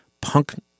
punk